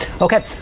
Okay